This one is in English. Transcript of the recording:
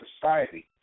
society